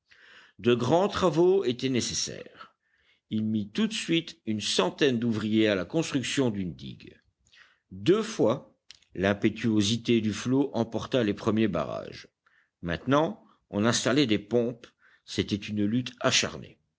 de grands travaux étaient nécessaires il mit tout de suite une centaine d'ouvriers à la construction d'une digue deux fois l'impétuosité du flot emporta les premiers barrages maintenant on installait des pompes c'était une lutte acharnée